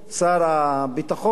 שר הביטחון?